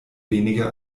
weniger